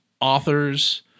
authors